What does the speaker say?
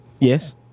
Yes